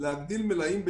כל זה תשלום מזומן.